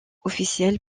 officielle